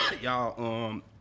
y'all